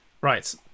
Right